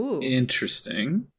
Interesting